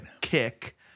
kick